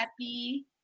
happy